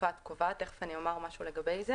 התקופה הקובעת)" תכף אני אומר משהו לגבי זה